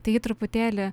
tai truputėlį